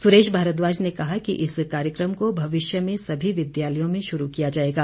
सुरेश भारद्वाज ने कहा कि इस कार्यक्रम को भविष्य में सभी विद्यालयों में शुरू किया जाएगा